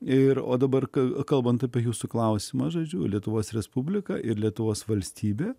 ir o dabar kai kalbant apie jūsų klausimą žodžiu lietuvos respublika ir lietuvos valstybė